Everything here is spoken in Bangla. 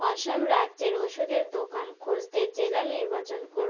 অসম রাজ্যের ওষুধের দোকান খুঁজতে জেলা নির্বাচন করু